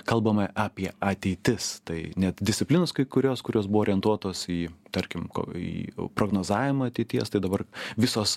kalbame apie ateitis tai net disciplinos kai kurios kurios buvo orientuotos į tarkim ko į prognozavimą ateities tai dabar visos